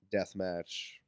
deathmatch